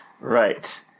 Right